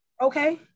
okay